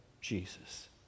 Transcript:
Jesus